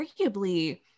arguably